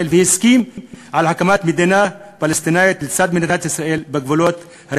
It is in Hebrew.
והסכים להקמת מדינה פלסטינית לצד מדינת ישראל בגבולות 4